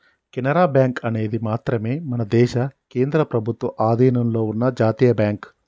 Canara bank అనేది మాత్రమే మన దేశ కేంద్ర ప్రభుత్వ అధీనంలో ఉన్న జాతీయ బ్యాంక్